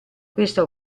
questa